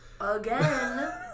Again